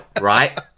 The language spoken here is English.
right